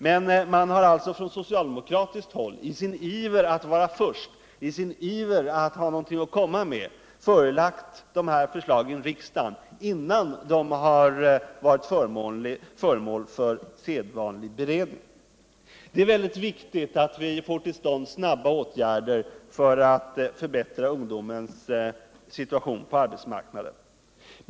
Men man har alltså på socialdemokratiskt håll i sin iver att vara först och att ha någonting att komma med förelagt riksdagen dessa förslag innan de har blivit föremål för sedvanlig beredning. Det är mycket viktigt att vi får till stånd snabba åtgärder för att förbättra ungdomens situation på arbetsmarknaden.